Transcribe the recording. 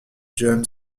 john